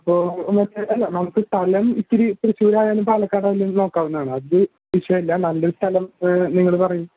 അപ്പോൾ നമുക്ക് നമുക്ക് സ്ഥലം ഇച്ചിരി തൃശ്ശൂർ ആയാലും പാലക്കാട് ആയാലും നോക്കാവുന്നത് ആണ് അത് വിഷയം ഇല്ല നല്ലൊരു സ്ഥലം നിങ്ങൾ പറയ്